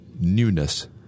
newness